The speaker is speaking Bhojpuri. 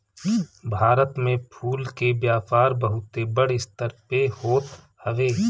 भारत में फूल के व्यापार बहुते बड़ स्तर पे होत हवे